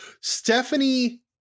Stephanie